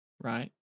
right